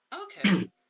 Okay